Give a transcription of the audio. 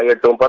to